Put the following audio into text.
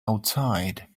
outside